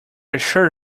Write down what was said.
assured